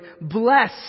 bless